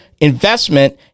investment